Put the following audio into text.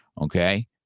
okay